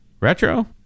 retro